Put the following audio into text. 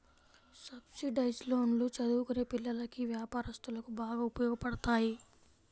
subsidised లోన్లు చదువుకునే పిల్లలకి, వ్యాపారస్తులకు బాగా ఉపయోగపడతాయి